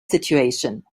situation